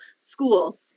school